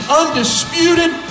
undisputed